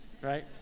right